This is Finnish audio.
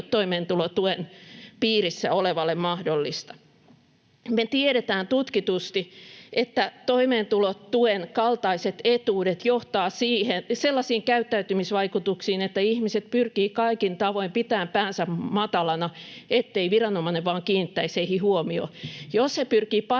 toimeentulotuen piirissä olevalle mahdollista. Me tiedetään tutkitusti, että toimeentulotuen kaltaiset etuudet johtavat sellaisiin käyttäytymisvaikutuksiin, että ihmiset pyrkivät kaikin tavoin pitämään päänsä matalana, ettei viranomainen vain kiinnittäisi heihin huomiota. Jos he pyrkivät parantamaan